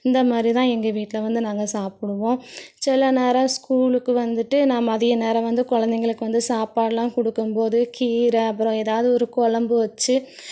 இந்தமாதிரி தான் எங்கள் வீட்டில் வந்து நாங்கள் சாப்பிடுவோம் சில நேரம் ஸ்கூலுக்கு வந்துட்டு நான் மதிய நேரம் வந்து கொழந்தைங்களுக்கு வந்து சாப்பாடெலாம் கொடுக்கும் போது கீரை அப்புறம் ஏதாவது ஒரு கொழம்பு வச்சு